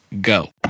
go